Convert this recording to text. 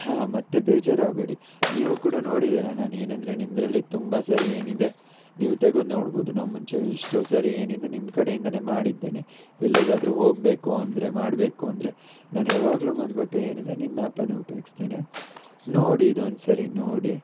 ಹಾಂ ಮತ್ತೆ ಬೇಜಾರು ಆಗಬೇಡಿ ನೀವು ಕೂಡ ನೋಡಿದ್ದೀರ ನಾನು ಏನಂದರೆ ನಿಮ್ಮದ್ರಲ್ಲಿ ತುಂಬ ಸಾರಿ ಏನಿದೆ ನೀವು ತೆಗದು ನೋಡ್ಬೋದು ನಾನು ಮುಂಚೆ ಎಷ್ಟೋ ಸಾರಿ ಏನಿದೆ ನಿಮ್ಮ ಕಡೆಯಿಂದಲೇ ಮಾಡಿದ್ದೇನೆ ಎಲ್ಲಿಗಾದರೂ ಹೋಗಬೇಕು ಅಂದರೆ ಮಾಡಬೇಕು ಅಂದರೆ ನಾನು ಯಾವಾಗಲೂ ಬಂದುಬಿಟ್ಟು ಏನಿದೆ ನಿಮ್ಮ ಆ್ಯಪನ್ನು ಉಪಯೋಗ್ಸ್ತೇನೆ ನೋಡಿ ಇದು ಒಂದು ಸರಿ ನೋಡಿ